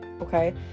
Okay